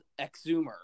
Exumer